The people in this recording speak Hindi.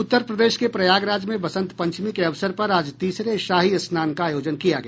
उत्तर प्रदेश के प्रयागराज में बसंत पंचमी के अवसर पर आज तीसरे शाही स्नान का आयोजन किया गया